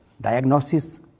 diagnosis